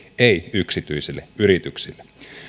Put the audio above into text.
ei yksityisille yrityksille